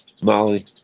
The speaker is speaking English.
Molly